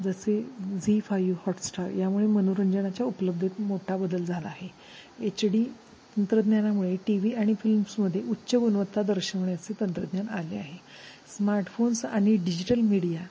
जसे Zee five Hotstar यामुळे मनोरंजनाच्या उपलब्धेत मोठा बदल झाला आहे एच डी तंत्रज्ञानामुळे टी व्ही आणि फिल्म्समध्ये उच्च गुणवत्ता दर्शवण्याचे तंत्रज्ञान आले आहे स्मार्टफोन्स आणि डिजिटल मीडिया